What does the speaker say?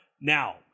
Now